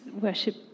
worship